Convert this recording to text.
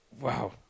Wow